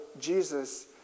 Jesus